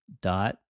dot